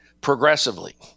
progressively